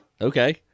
Okay